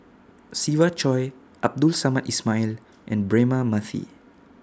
Siva Choy Abdul Samad Ismail and Braema Mathi